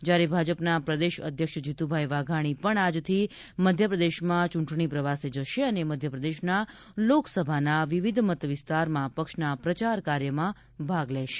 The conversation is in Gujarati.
જ્યારે ભાજપના પ્રદેશ અધ્યક્ષ જીતુભાઈ વાઘાણી પણ આજથી મધ્યપ્રદેશમાં ચૂંટણી પ્રવાસે જશે અને મધ્યપ્રદેશના લોકસભાના વિવિધ મતવિસ્તારમાં પક્ષના પ્રચારકાર્યમાં ભાગ લેશે